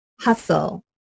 hustle